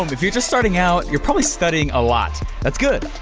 um if you're just starting out, you're probably studying a lot. that's good.